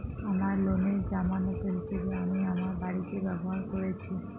আমার লোনের জামানত হিসেবে আমি আমার বাড়িকে ব্যবহার করেছি